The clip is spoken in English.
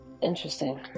interesting